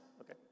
Okay